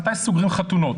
מתי סוגרים חתונות?